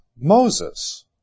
Moses